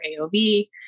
AOV